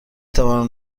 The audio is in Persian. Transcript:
توانم